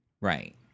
Right